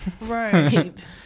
Right